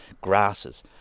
grasses